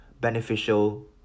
beneficial